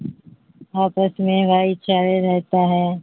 آپس میں بھائی چارہ رہتا ہے